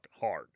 hard